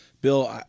Bill